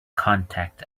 contact